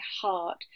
heart